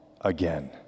again